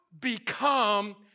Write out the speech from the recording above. become